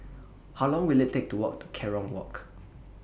How Long Will IT Take to Walk to Kerong Walk